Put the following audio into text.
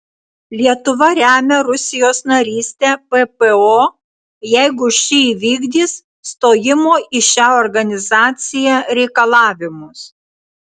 lietuva remia rusijos narystę ppo jeigu ši įvykdys stojimo į šią organizaciją reikalavimus